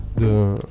de